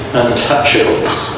untouchables